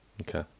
Okay